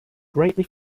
greatly